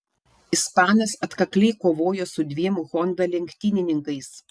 ispanas atkakliai kovojo su dviem honda lenktynininkais